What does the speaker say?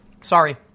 Sorry